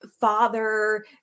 father